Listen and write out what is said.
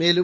மேலும்